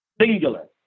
singular